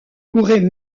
pourraient